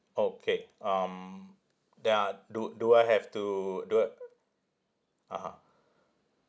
okay um there are do do I have to do uh (uh huh)